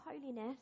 holiness